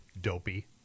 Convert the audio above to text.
Dopey